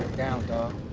down, dog.